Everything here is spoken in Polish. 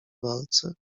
walce